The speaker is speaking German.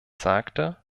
sagte